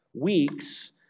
weeks